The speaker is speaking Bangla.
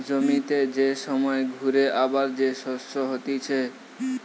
জমিতে যে সময় ঘুরে আবার যে শস্য হতিছে